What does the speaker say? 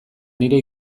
nire